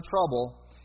trouble